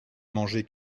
mangé